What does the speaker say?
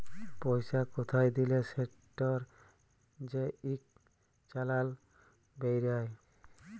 পইসা কোথায় দিলে সেটর যে ইক চালাল বেইরায়